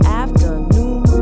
afternoon